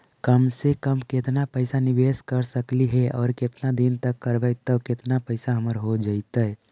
कम से कम केतना पैसा निबेस कर सकली हे और केतना दिन तक करबै तब केतना पैसा हमर हो जइतै?